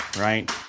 right